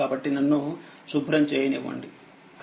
కాబట్టిమనము C1C2C3